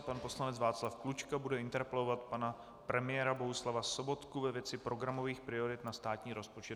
Pan poslanec Václav Klučka bude interpelovat pana premiéra Bohuslava Sobotku ve věci programových priorit na státní rozpočet 2017.